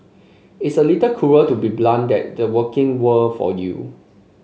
it's a little cruel to be blunt that the working world for you